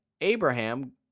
abraham